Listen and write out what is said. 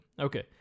Okay